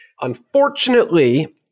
Unfortunately